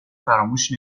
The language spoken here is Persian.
فراموش